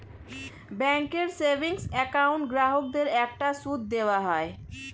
ব্যাঙ্কের savings account গ্রাহকদের একটা সুদ দেওয়া হয়